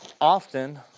often